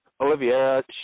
Olivia